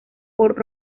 por